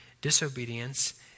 disobedience